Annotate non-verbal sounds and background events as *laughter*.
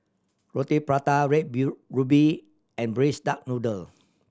Roti Prata red *unintelligible* ruby and Braised Duck Noodle